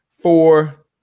four